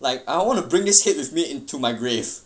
like I want to bring this hate with me into my grave